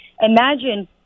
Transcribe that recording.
imagine